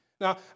Now